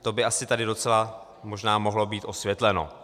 To by asi tady docela možná mohlo být osvětleno.